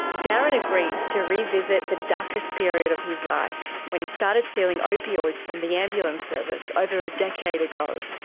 darren agrees to revisit the darkest period of his life, when he started stealing opioids from the ambulance service over a decade ago.